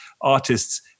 artists